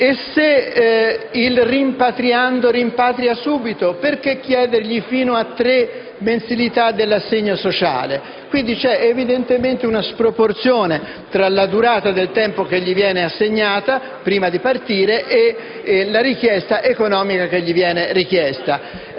Se il rimpatriando rimpatria subito, perché chiedergli fino a tre mensilità dell'assegno sociale? C'è evidentemente una sproporzione tra la durata del tempo che gli viene assegnata prima di partire e la richiesta economica che gli viene avanzata.